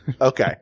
Okay